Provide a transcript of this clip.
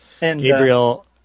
Gabriel